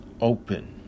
open